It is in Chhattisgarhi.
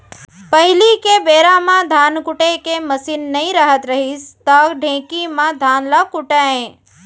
पहिली के बेरा म धान कुटे के मसीन नइ रहत रहिस त ढेंकी म धान ल कूटयँ